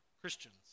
Christians